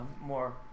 more